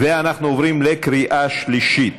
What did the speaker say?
אנחנו עוברים לקריאה שלישית.